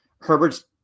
Herbert's